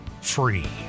free